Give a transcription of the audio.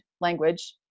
language